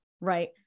right